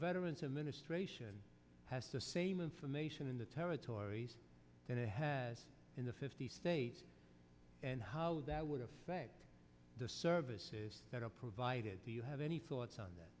veterans administration has the same information in the territories that it has in the fifty states and how that would affect the services that are provided do you have any thoughts on that